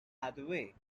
hathaway